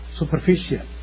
superficial